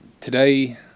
Today